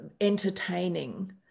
entertaining